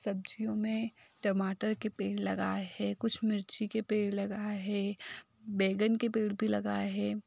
सब्ज़ियों में टमाटर के पेड़ लगाए हैं कुछ मिर्ची के पेड़ लगाए हैं बैंगन के पेड़ भी लगाए हैं